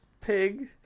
Pig